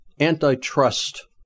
antitrust